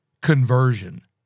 conversion